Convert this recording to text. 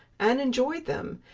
and enjoyed them,